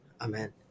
Amen